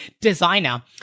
designer